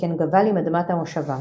שכן גבל עם אדמת המושבה.